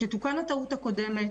תתוקן הטעות הקודמת,